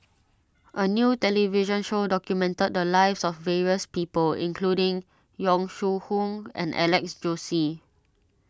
a new television show documented the lives of various people including Yong Shu Hoong and Alex Josey